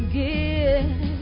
give